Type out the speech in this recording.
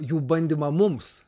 jų bandymą mums